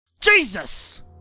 Jesus